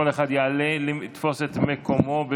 כל אחד יעלה לתפוס את מקומו,